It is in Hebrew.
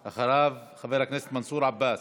אחריו, חבר הכנסת מנסור עבאס.